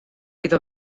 iddo